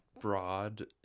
broad